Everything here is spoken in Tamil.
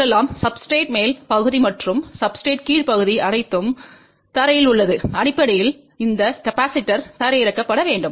சொல்லலாம் சப்ஸ்டிரேட்றின் மேல் பகுதி மற்றும் சப்ஸ்டிரேட்றின் கீழ் பகுதி அனைத்தும் தரையில் உள்ளது அடிப்படையில் இந்த கெபாசிடர் தரையிறக்கப்பட வேண்டும்